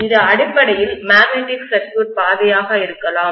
இது அடிப்படையில் magnetic circuit பாதையாக இருக்கலாம்